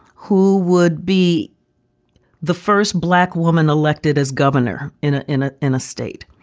who would be the first black woman elected as governor in a in a in a state.